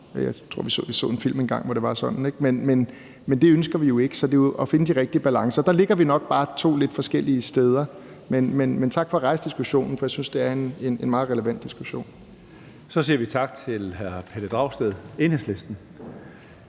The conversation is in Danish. Jeg tror, vi så en film engang, hvor det var sådan. Men det ønsker vi jo ikke, så det er jo at finde de rigtige balancer. Der ligger vi nok bare to lidt forskellige steder. Men tak for at rejse diskussionen, for jeg synes, det er en meget relevant diskussion. Kl. 19:33 Tredje næstformand (Karsten